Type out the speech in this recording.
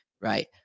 right